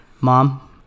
Mom